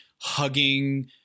hugging